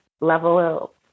level